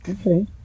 Okay